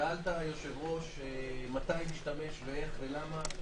שאלת היושב-ראש, מתי נשתמש, איך ולמה.